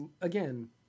again